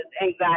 anxiety